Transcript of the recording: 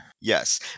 yes